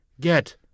get